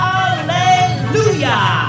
Hallelujah